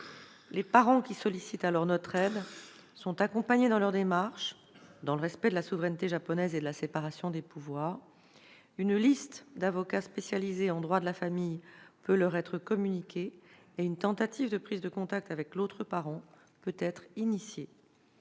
Les parents qui sollicitent notre aide dans ce cadre sont accompagnés dans leurs démarches, dans le respect de la souveraineté japonaise et de la séparation des pouvoirs. Une liste d'avocats spécialisés en droit de la famille peut leur être communiquée et une tentative de prise de contact avec l'autre parent peut être entreprise.